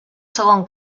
segon